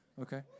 Okay